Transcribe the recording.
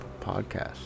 podcast